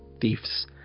thieves